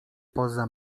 poza